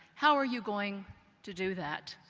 how are you going to do that.